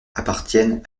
appartiennent